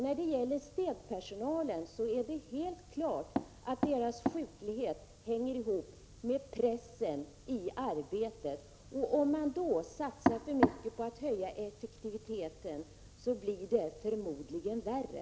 När det gäller städpersonalen är det helt klart att sjukligheten hänger ihop med pressen i arbetet. Om man då satsar för mycket på att höja effektiviteten så blir situationen förmodligen värre.